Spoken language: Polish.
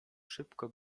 szybko